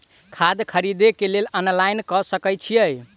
खाद खरीदे केँ लेल ऑनलाइन कऽ सकय छीयै?